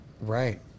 Right